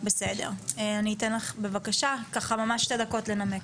אוקיי, אני אתן לך בבקשה, ככה ממש שתי דקות לנמק.